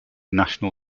national